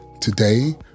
Today